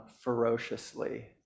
ferociously